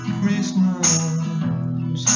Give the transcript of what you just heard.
Christmas